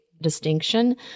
distinction